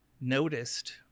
noticed